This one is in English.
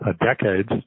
decades